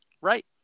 Right